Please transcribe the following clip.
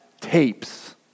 tapes